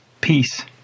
peace